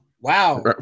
Wow